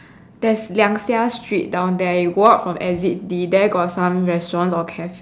there is liang seah street down there you go out from exit D there got some restaurants or cafe